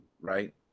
right